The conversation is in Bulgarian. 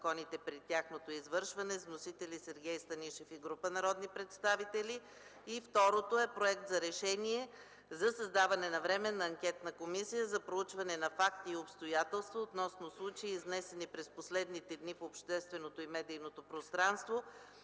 Сергей Станишев и група народни представители,